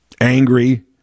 angry